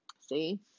See